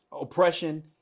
oppression